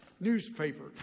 newspaper